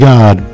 God